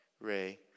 Ray